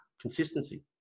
Consistency